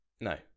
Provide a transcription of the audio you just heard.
No